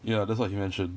ya that's what he mentioned